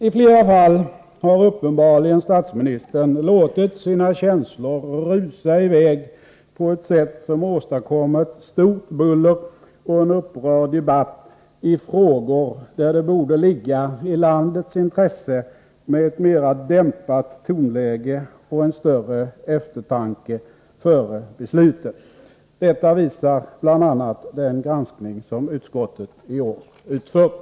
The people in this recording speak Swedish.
I flera av fallen har statsministern uppenbarligen låtit sina känslor rusa i väg på ett sätt som åstadkommit stort buller och upprörd debatt i frågor där ett mera dämpat tonläge och en större eftertanke före besluten borde ligga i landets intresse. Detta visar bl.a. den granskning som utskottet i år har utfört.